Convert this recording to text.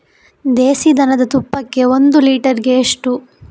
ದೇಸಿ ದನದ ತುಪ್ಪಕ್ಕೆ ಒಂದು ಲೀಟರ್ಗೆ ಎಷ್ಟು?